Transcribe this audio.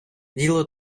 діло